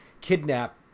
kidnap